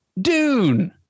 Dune